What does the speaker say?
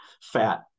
fat